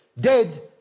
dead